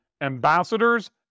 ambassadors